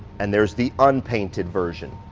and there's the unpainted version.